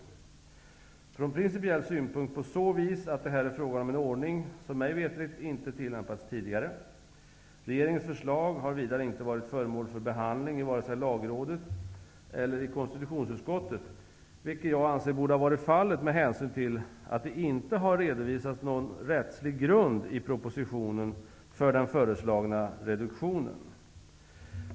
Den är betänklig från principiell synpunkt på så vis att det är fråga om en ordning som mig veterligt inte har tillämpats tidigare. Regeringens förslag har vidare inte varit föremål för behandling i vare sig lagrådet eller konstitutionsutskottet, vilket jag anser borde ha varit fallet med hänsyn till att det inte har redovisats någon rättslig grund i propositionen för den föreslagna reduktionen.